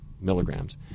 milligrams